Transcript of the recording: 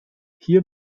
hier